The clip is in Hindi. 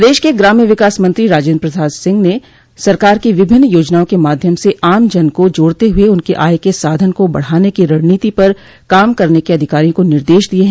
प्रदेश के ग्राम्य विकास मंत्री राजेन्द्र प्रसाद सिंह ने सरकार की विभिन्न योजनाओं के माध्यम से आम जन को जोड़ते हुए उनके आय के साधन को बढ़ाने की रणनीति पर काम करने के अधिकारियों को निर्देश दिये हैं